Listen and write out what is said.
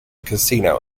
casino